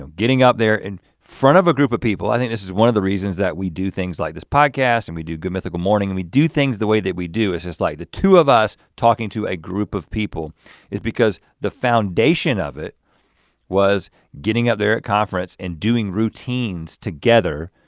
getting up there in front of a group of people. i think this is one of the reasons that we do things like this podcast, and we do good mythical morning we do things the way that we do is just like the two of us talking to a group of people is because the foundation of it was getting out there at conference and doing routines together,